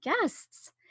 guests